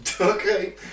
Okay